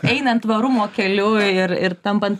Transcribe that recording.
einant tvarumo keliu ir ir tampant